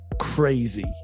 crazy